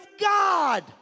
God